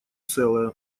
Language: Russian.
целое